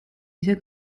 ისე